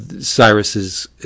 Cyrus's